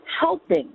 helping